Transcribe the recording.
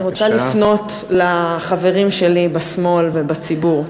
אני רוצה לפנות לחברים שלי בשמאל ובציבור.